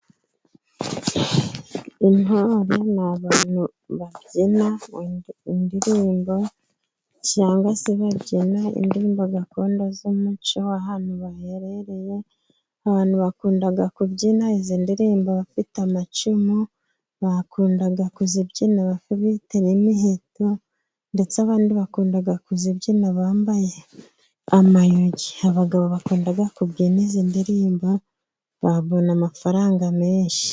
Intore ni abantu babyina indirimbo cyangwa se babyina indirimbo gakondo z'umuco w'ahantu baherereye, abantu bakunda kubyina izi ndirimbo abafite amacumu, bakunda kuzibyina bafite n'imiheto, ndetse abandi bakunda kuzibyina bambaye amayugi , abagabo bakunda kubyina izi ndirimbo babona amafaranga menshi.